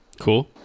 Cool